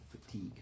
fatigue